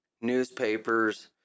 newspapers